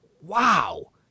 wow